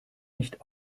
nicht